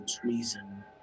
treason